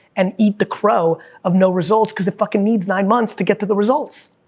and eat the crow of no results, cause it fucking needs nine months to get to the results.